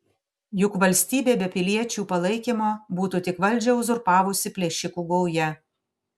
juk valstybė be piliečių palaikymo būtų tik valdžią uzurpavusi plėšikų gauja